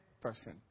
person